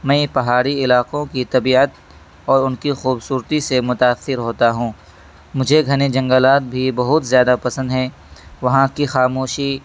میں پہاڑی علاقوں کی طبیعت اور ان کی خوبصورتی سے متأثر ہوتا ہوں مجھے گھنے جنگلات بھی بہت زیادہ پسند ہیں وہاں کی خاموشی